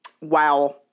Wow